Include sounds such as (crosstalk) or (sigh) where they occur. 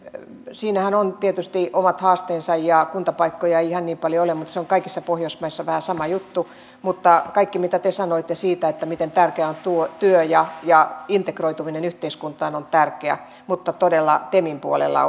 siinähän on tietysti omat haasteensa ja kuntapaikkoja ei ihan niin paljon ole mutta se on kaikissa pohjoismaissa vähän sama juttu kaikki mitä te sanoitte siitä miten tärkeää on työ ja ja integroituminen yhteiskuntaan on tärkeää mutta todella temin puolella (unintelligible)